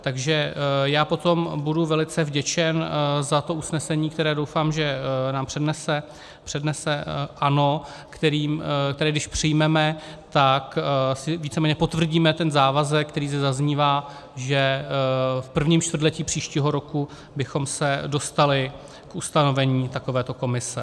Takže já potom budu velice vděčen za to usnesení, které doufám, že nám přednese ANO, které když přijmeme, tak si víceméně potvrdíme ten závazek, který zde zaznívá, že v prvním čtvrtletí příštího roku bychom se dostali k ustanovení takovéto komise.